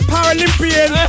Paralympian